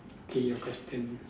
okay your question